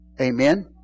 Amen